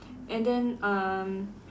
and then um